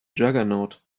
juggernaut